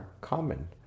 common